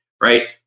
Right